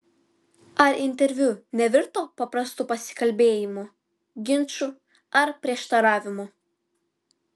ar interviu nevirto paprastu pasikalbėjimu ginču ar prieštaravimu